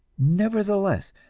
nevertheless,